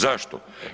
Zašto?